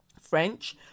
French